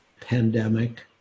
pandemic